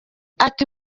ati